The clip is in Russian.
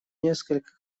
несколько